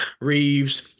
Reeves